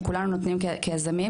וכולנו נוטלים כיזמים,